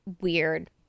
weird